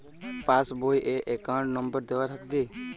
Pass বই এ account number দেওয়া থাকে কি?